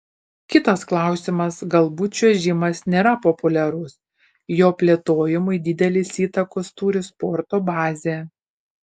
kitas klausimas galbūt čiuožimas nėra populiarus jo plėtojimui didelės įtakos turi sporto bazė